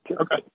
Okay